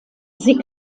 sie